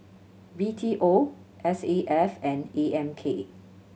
B T O S A F and A M K